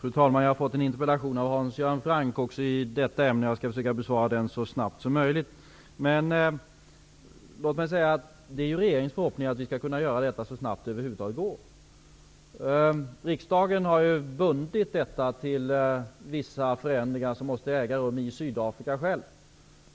Fru talman! Jag har fått en interpellation från Hans Göran Franck i detta ämne. Jag skall försöka besvara interpellationen så snabbt som möjligt. Det är regeringens förhoppning att sanktionerna skall kunna upphävas så snabbt som det över huvud taget är möjligt. Riksdagen har bundit upphävandet av sanktionerna till vissa förändringar som måste äga rum i Sydafrika.